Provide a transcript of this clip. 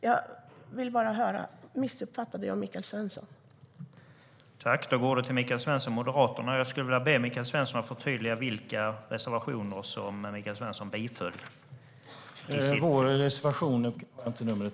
Jag vill bara höra om jag uppfattade Michael Svensson rätt.